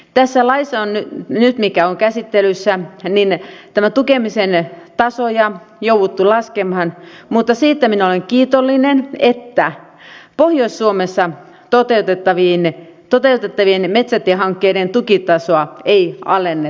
tässä laissa joka on nyt käsittelyssä on tukemisen tasoja jouduttu laskemaan mutta siitä minä olen kiitollinen että pohjois suomessa toteutettavien metsätiehankkeiden tukitasoa ei alenneta